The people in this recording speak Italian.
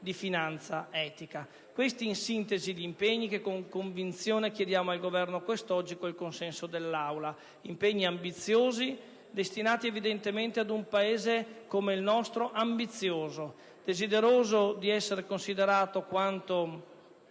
politica estera. Questi in sintesi gli impegni che con convinzione chiediamo al Governo quest'oggi col consenso dell'Aula. Impegni ambiziosi, destinati evidentemente ad un Paese ambizioso, desideroso di essere considerato quanto